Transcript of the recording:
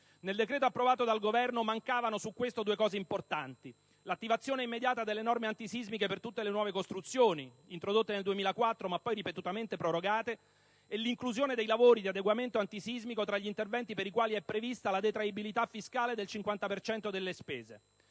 Nel decreto approvato dal Governo mancavano al riguardo due punti importanti: l'attivazione immediata delle norme antisismiche per tutte le nuove costruzioni, introdotte nel 2004 ma poi ripetutamente prorogate, e l'inclusione dei lavori di adeguamento antisismico tra gli interventi per i quali è prevista la detraibilità fiscale del 55 per cento